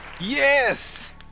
yes